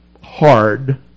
hard